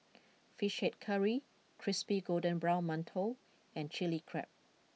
Fish Head Curry Crispy Golden Brown Mantou and Chili Crab